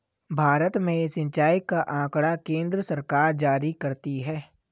भारत में सिंचाई का आँकड़ा केन्द्र सरकार जारी करती है